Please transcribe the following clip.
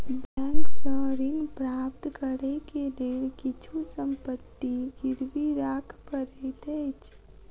bank सॅ ऋण प्राप्त करै के लेल किछु संपत्ति गिरवी राख पड़ैत अछि